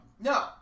No